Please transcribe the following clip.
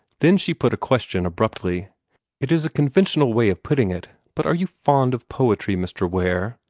then she put a question abruptly it is a conventional way of putting it, but are you fond of poetry, mr. ware?